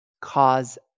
cause